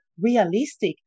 realistic